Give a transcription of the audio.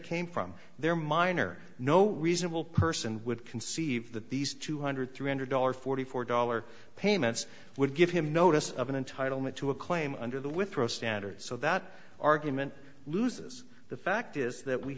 came from their mine or no reasonable person would conceive that these two hundred three hundred dollars forty four dollar payments would give him notice of an entitlement to a claim under the withrow standard so that argument loses the fact is that we